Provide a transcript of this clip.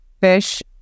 fish